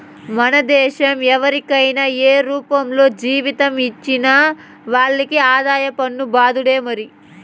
మన దేశం ఎవరికైనా ఏ రూపంల జీతం ఇచ్చినా వాళ్లకి ఆదాయ పన్ను బాదుడే మరి